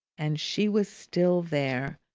and she was still there,